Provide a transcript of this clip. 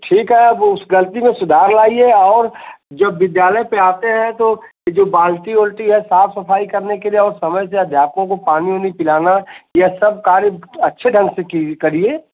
ठीक है अब उस गल्ती में सुधार लाइये और जब विद्यालय पर आते हें तो ये जो बाल्टी ओल्टी है साफ सफाई करने के लिए और समय से अध्यापकों को पानी उनी पिलाना यह सब कार्य अच्छे ढंग से की करिए